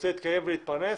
רוצה להתקיים ולהתפרנס,